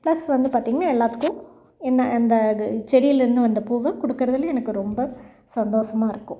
plus வந்து பார்த்திங்கன்னா எல்லோத்துக்கும் என்ன இந்த செடியில் இருந்து வந்த பூவை கொடுக்குறதுலயும் எனக்கு ரொம்ப சந்தோசமாக இருக்கும்